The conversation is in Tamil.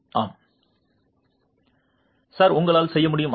மாணவர் சார் உங்களால் செய்ய முடியுமா